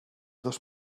dos